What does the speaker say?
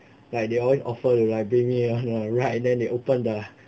like they alway offered to like bring me ride then they open the